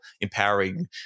empowering